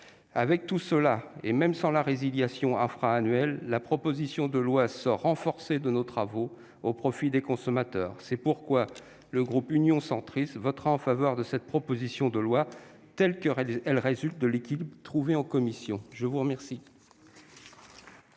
ces dispositions, même sans la résiliation infra-annuelle, le texte sort renforcé de nos travaux, au profit des consommateurs. C'est pourquoi le groupe Union Centriste votera en faveur de cette proposition de loi, telle qu'elle résulte de l'équilibre trouvé en commission. La parole